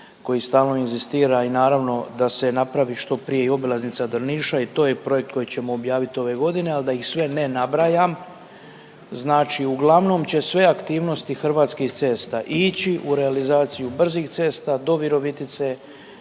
koji stalno inzistira i naravno da se napravi što prije i obilaznica Drniša i to je projekt koji ćemo objaviti ove godine, ali da ih sve ne nabrajam, znači uglavnom će sve aktivnosti Hrvatskih cesta ići u realizaciju brzih cesta do Virovitice,